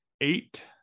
Eight